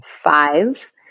five